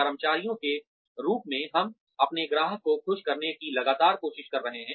कर्मचारियों के रूप में हम अपने ग्राहकों को खुश करने की लगातार कोशिश कर रहे हैं